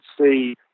see